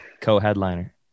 Co-headliner